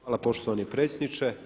Hvala poštovani predsjedniče.